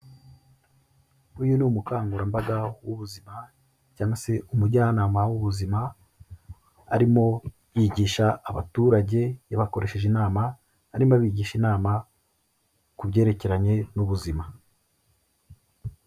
Uyu ni umukangurambaga w'ubuzima cyangwa se umujyanama w'ubuzima, arimo yigisha abaturage yabakoresheje inama arimo abigisha inama ku byerekeranye n'ubuzima.